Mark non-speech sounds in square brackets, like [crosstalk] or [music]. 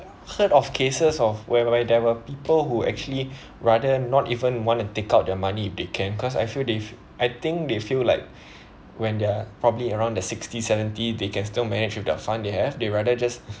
heard of cases of whereby there were people who actually rather not even want to take out their money if they can cause I feel they've I think they feel like [breath] when they're probably around the sixty seventy they can still manage with their fund they have they rather just